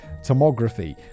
tomography